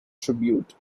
tribute